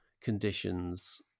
conditions